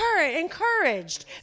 encouraged